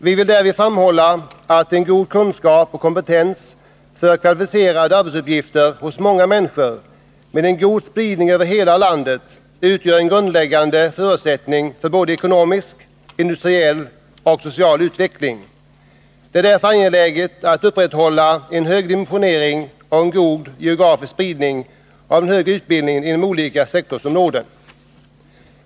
Vi vill därvid framhålla att en god kunskap och kompetens för kvalificerade arbetsuppgifter hos många människor med en god spridning över hela landet utgör en grundläggande förutsättning för både ekonomisk, industriell och social utveckling. Det är därför angeläget att upprätthålla en hög dimensionering och en god geografisk spridning av den högre utbildningen inom olika sektorer.